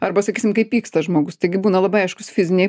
arba sakysim kai pyksta žmogus taigi būna labai aiškūs fiziniai